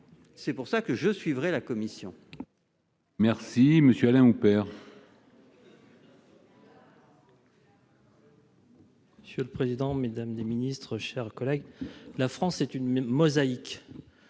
C'est pourquoi je suivrai la commission